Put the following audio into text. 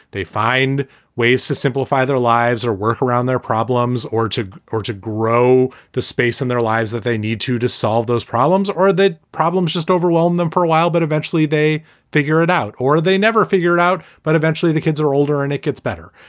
they find ways to simplify their lives or work around their problems or to or to grow the space in their lives that they need to to solve those problems or the problems just overwhelm them for a while. but eventually they figure it out or or they never figure it out. but eventually the kids are older and it gets better.